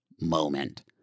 moment